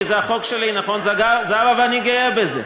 כי זה החוק שלי, נכון, זהבה, ואני גאה בזה.